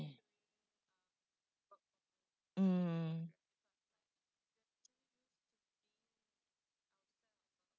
mm